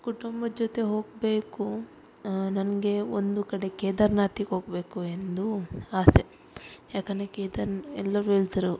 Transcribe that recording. ಕುಟುಂಬದ ಜೊತೆ ಹೋಗ್ಬೇಕು ನನಗೆ ಒಂದು ಕಡೆ ಕೇದರ್ನಾತಿಗೆ ಹೋಗಬೇಕು ಎಂದು ಆಸೆ ಯಾಕಂದರೆ ಕೇದಾರ್ ಎಲ್ಲರು ಹೇಳ್ದರು